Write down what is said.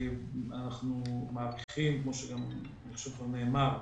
אנחנו מעריכים, כמו שכבר נאמר,